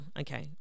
okay